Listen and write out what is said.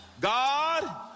God